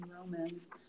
Romans